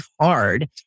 hard